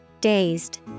Dazed